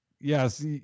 yes